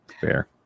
Fair